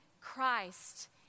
Christ